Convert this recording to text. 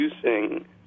producing